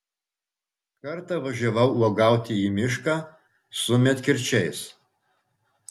kartą važiavau uogauti į mišką su medkirčiais